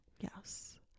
Yes